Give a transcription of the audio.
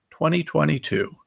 2022